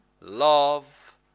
love